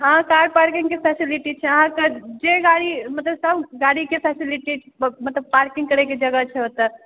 हँ car parking के facility छै अहाँकेँ जे गाड़ी मतलब सब गाड़ीके फैसिलिटी छै मतलब पार्किंग करयके जगह छै ओतऽ